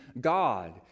God